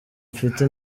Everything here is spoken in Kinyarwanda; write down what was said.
mfite